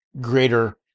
greater